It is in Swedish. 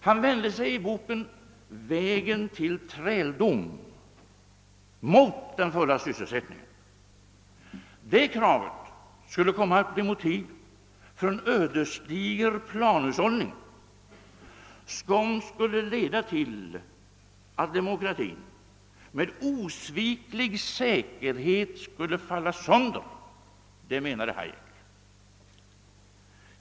Han vände sig i boken »Vägen till träldom» mot kravet på full sysselsättning, vilket skulle bli motiv för en ödesdiger planhushållning, som med obeveklig säkerhet skulle leda till att demokratin föll sönder.